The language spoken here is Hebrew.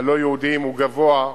הלא-יהודיים הוא גבוה,